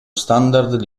standard